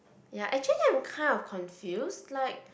ya actually I'm kind of confused like